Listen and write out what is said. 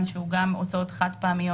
העברה בין מתקני שב"ס.